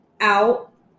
out